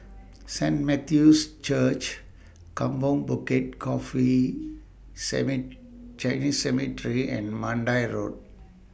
Saint Matthew's Church Kampong Bukit Coffee Chinese Cemetery and Mandai Road